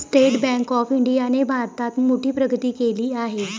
state bank of इंडियाने भारतात मोठी प्रगती केली आहे